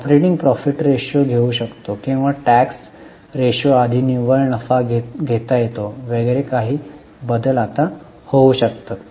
operating profit ratio घेऊ शकतो किंवा टॅक्स रेशोआधी निव्वळ नफा घेता येतो वगैरे काही बदल आता होऊ शकतात